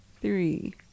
three